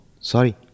Sorry